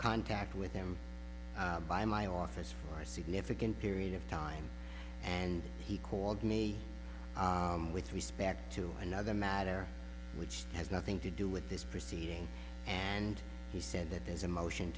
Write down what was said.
contact with him by my office for a significant period of time and he called me with respect to another matter which has nothing to do with this proceeding and he said that there is a motion